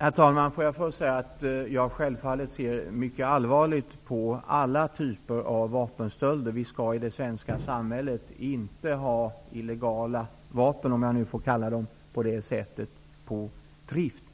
Herr talman! Låt mig först säga att jag självfallet ser mycket allvarligt på alla typer av vapenstölder. Vi skall inte ha illegala vapen, om jag får kalla dem så, på drift